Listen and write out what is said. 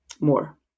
more